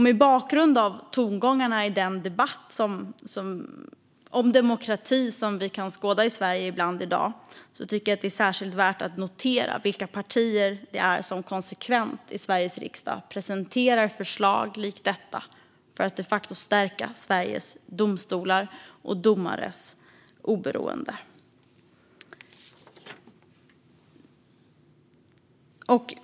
Mot bakgrund av tongångarna som man ibland kan höra i debatten om demokrati i Sverige i dag tycker jag att det är värt att särskilt notera vilka partier det är som konsekvent i Sveriges riksdag presenterar förslag likt detta för att de facto stärka Sveriges domstolars och domares oberoende.